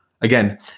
again